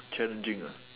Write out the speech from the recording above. challenging ah